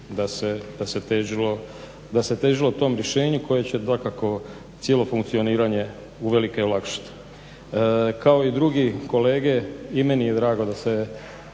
da se težilo tom rješenju koje će dakako cijelo funkcioniranje uvelike olakšati. Kao i drugi kolege i meni je drago da se